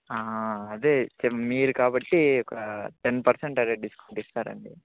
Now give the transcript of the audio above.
అదే చె మీరు కాబట్టి ఒక టెన్ పర్సెంట్ అదే డిస్కౌంట్ ఇస్తాను అండి